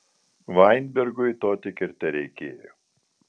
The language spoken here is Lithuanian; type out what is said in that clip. vainbergui to tik ir tereikėjo